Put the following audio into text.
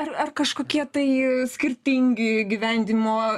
ar ar kažkokie tai skirtingi įgyvendinimo